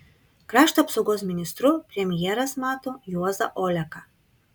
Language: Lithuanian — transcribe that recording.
krašto apsaugos ministru premjeras mato juozą oleką